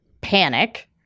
panic